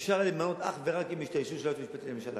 אפשר למנות אותו אך ורק עם האישור של היועץ המשפטי לממשלה.